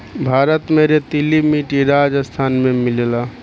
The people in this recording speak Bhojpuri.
भारत में रेतीली माटी राजस्थान में मिलेला